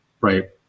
right